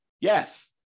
Yes